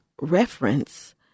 reference